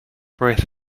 breath